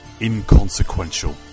inconsequential